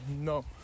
No